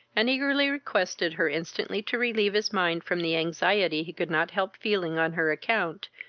and eagerly requested her instantly to relieve his mind from the anxiety he could not help feeling on her account,